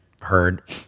heard